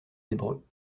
hébreux